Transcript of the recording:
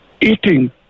Eating